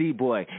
D-Boy